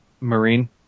Marine